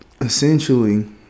essentially